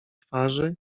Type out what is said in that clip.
twarzy